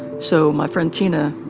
so my friend tina